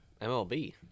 MLB